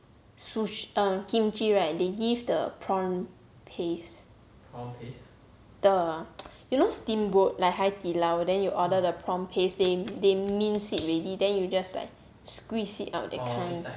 sush~ um kimchi right they give the prawn paste the you know steamboat like hai di lao then you order the prawn paste they they mince it already then you just like squeeze it out the kind